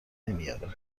نمیاره